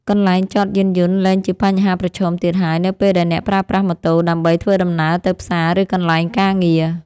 កន្លែងចតយានយន្តលែងជាបញ្ហាប្រឈមទៀតហើយនៅពេលដែលអ្នកប្រើប្រាស់ម៉ូតូដើម្បីធ្វើដំណើរទៅផ្សារឬកន្លែងការងារ។